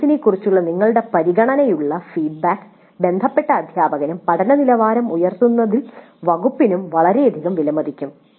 "കോഴ്സിനെക്കുറിച്ചുള്ള നിങ്ങളുടെ പരിഗണനയുള്ള ഫീഡ്ബാക്ക് ബന്ധപ്പെട്ട അധ്യാപകനും പഠന നിലവാരം ഉയർത്തുന്നതിൽ വകുപ്പിനും വളരെയധികം വിലമതിക്കും